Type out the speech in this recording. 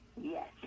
Yes